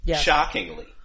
shockingly